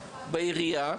בעירייה,